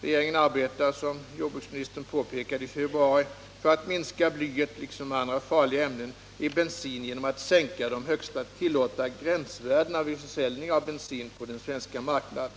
Regeringen arbetar, som jordbruksministern påpekade i februari, för att minska blyet — liksom andra farliga ämnen — i bensin genom att sänka de högsta tillåtna gränsvärdena vid försäljning av bensin på den svenska marknaden.